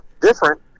different